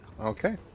Okay